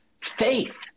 faith